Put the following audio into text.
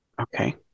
Okay